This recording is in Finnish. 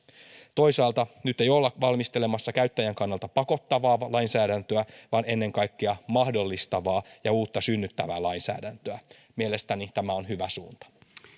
toisaalta nyt ei olla valmistelemassa käyttäjän kannalta pakottavaa lainsäädäntöä vaan ennen kaikkea mahdollistavaa ja uutta synnyttävää lainsäädäntöä mielestäni tämä on hyvä suunta